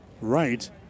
right